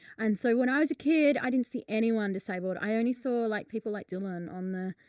and so when i was a kid, i didn't see anyone disabled. i only saw like people like dylan on the.